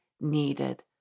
needed